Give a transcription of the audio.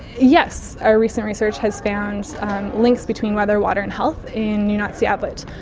yes, our recent research has found links between weather, water and health in nunatsiavut.